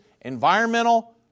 environmental